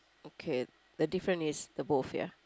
okay the different is the both ya